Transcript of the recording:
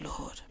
Lord